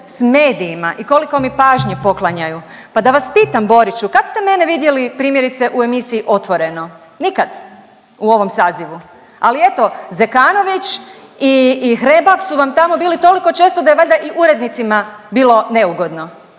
s medijima i koliko mi pažnje poklanjaju. Pa da vas pitam, Boriću, kad ste mene vidjeli, primjerice, u emisiji Otvoreno? Nikad u ovom sazivu. Ali eto, Zekanović i Hrebak su vam tamo bili toliko često da je valjda i urednicima bilo neugodno.